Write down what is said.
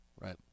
Right